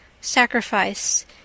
sacrifice